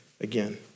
again